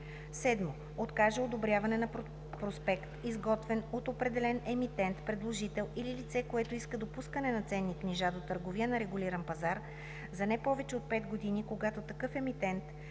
7. откаже одобряване на проспект, изготвен от определен емитент, предложител или лице, което иска допускане на ценни книжа до търговия на регулиран пазар, за не повече от 5 години, когато такъв емитент,